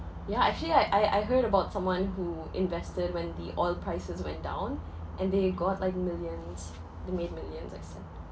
ya actually I I I heard about someone who invested when the oil prices went down and they got like millions he made millions it seems